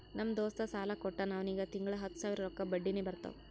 ನಮ್ ದೋಸ್ತ ಸಾಲಾ ಕೊಟ್ಟಾನ್ ಅವ್ನಿಗ ತಿಂಗಳಾ ಹತ್ತ್ ಸಾವಿರ ರೊಕ್ಕಾ ಬಡ್ಡಿನೆ ಬರ್ತಾವ್